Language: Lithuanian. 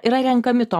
yra renkami to